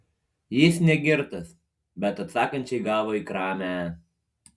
jis ne girtas bet atsakančiai gavo į kramę